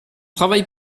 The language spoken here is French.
travail